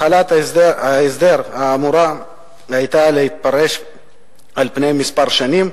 החלת ההסדר היתה אמורה להתפרס על פני כמה שנים,